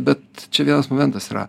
bet čia vienas momentas yra